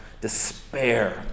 despair